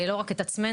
לא רק את עצמנו,